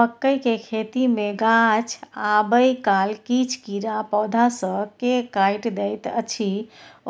मकई के खेती मे गाछ आबै काल किछ कीरा पौधा स के काइट दैत अछि